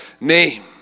name